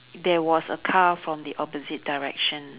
there was a car from the opposite direction